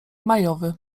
majowy